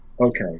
Okay